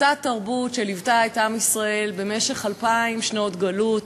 אותה תרבות שליוותה את עם ישראל במשך אלפיים שנות גלות,